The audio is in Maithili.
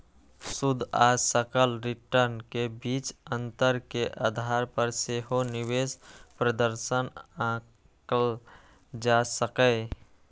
शुद्ध आ सकल रिटर्न के बीच अंतर के आधार पर सेहो निवेश प्रदर्शन आंकल जा सकैए